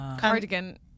cardigan